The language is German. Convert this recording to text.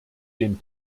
den